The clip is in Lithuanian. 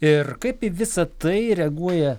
ir kaip į visa tai reaguoja